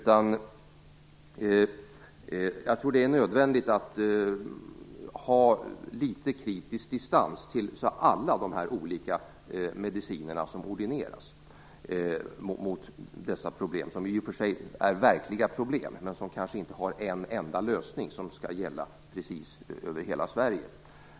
Jag tror att det är nödvändigt att ha litet kritisk distans till alla de olika mediciner som ordineras mot dessa problem, som i och för sig är verkliga men som kanske inte har en enda lösning som kan gälla över precis hela Sverige.